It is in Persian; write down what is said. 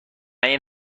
این